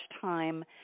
time